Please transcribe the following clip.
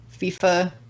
FIFA